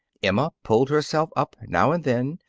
emma pulled herself up now and then,